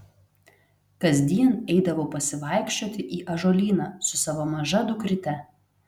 kasdien eidavau pasivaikščioti į ąžuolyną su savo maža dukryte